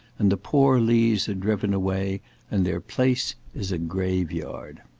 and the poor lees are driven away and their place is a grave-yard.